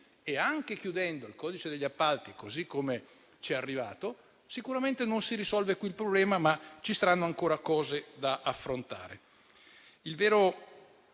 Anche chiudendo il codice degli appalti così come ci è arrivato, sicuramente non si risolve il problema, ma ci saranno ancora cose da affrontare.